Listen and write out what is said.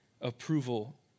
approval